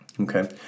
Okay